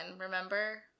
remember